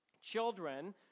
children